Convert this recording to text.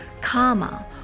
Karma